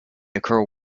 occur